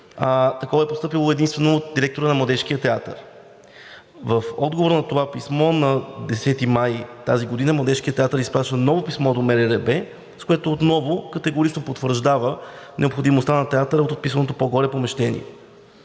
такова е постъпило единствено от директора на Младежкия театър. В отговор на това писмо на 10 май тази година Младежкият театър изпраща ново писмо до МРРБ, с което отново категорично потвърждава необходимостта на театъра от описаното по-горе помещение.